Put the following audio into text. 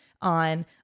on